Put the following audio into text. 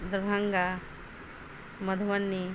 Darbhanga Madhubani